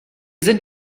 sind